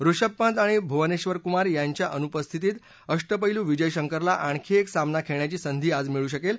ऋषभ पंत आणि भुवनेबर कुमार यांच्या अनुपस्थितीत अष्टपद्मूविजय शंकरला आणखी एक सामना खेळण्याची संधी आज मिळू शकेल